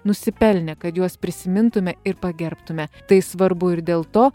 nusipelnė kad juos prisimintume ir pagerbtume tai svarbu ir dėl to